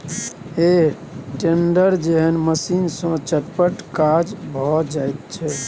हे टेडर जेहन मशीन सँ चटपट काज भए जाइत छै